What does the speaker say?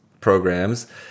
programs